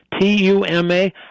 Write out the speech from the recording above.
T-U-M-A